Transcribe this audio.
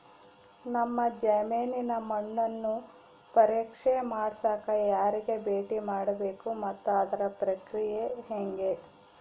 ನಮ್ಮ ಜಮೇನಿನ ಮಣ್ಣನ್ನು ಪರೇಕ್ಷೆ ಮಾಡ್ಸಕ ಯಾರಿಗೆ ಭೇಟಿ ಮಾಡಬೇಕು ಮತ್ತು ಅದರ ಪ್ರಕ್ರಿಯೆ ಹೆಂಗೆ?